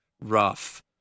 rough